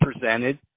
presented